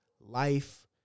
Life